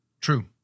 True